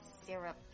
syrup